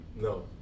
No